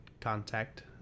contact